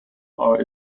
are